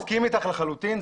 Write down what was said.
מסכים איתך לחלוטין,